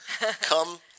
come